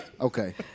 Okay